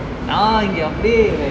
நா இங்க அப்டே:naa ingge apde